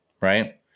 Right